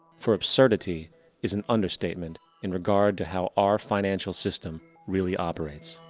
for absurdity is an understatement in regard to how our financial system really operates.